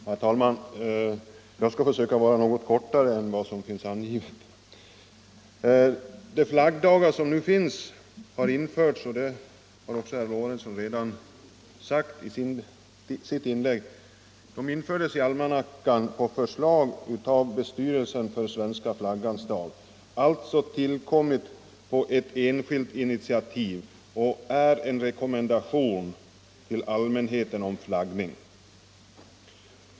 Herr talman! Jag skall försöka vara något mer kortfattad än som angivits på talarlistan. De flaggdagar som finns har införts — och det har herr Lorentzon redan påpekat i sitt inlägg — i almanackan på förslag av Bestyrelsen för svenska flaggans dag. De har alltså tillkommit på ett enskilt initiativ och är en rekommendation till allmänheten om flaggning.